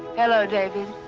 hello, david.